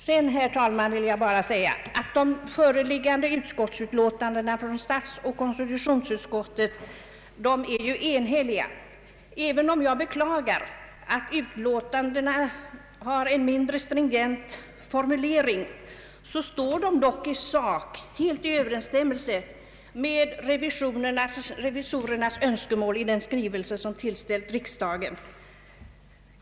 Sedan, herr talman, vill jag bara framhålla att de föreliggande utlåtandena från statsutskottet och konstitutionsutskottet är enhälliga. även om jag beklagar att utlåtandena har en mindre stringent formulering, står de dock i sak helt i överensstämmelse med revisorernas önskemål i den skrivelse som tillställts riksdagen.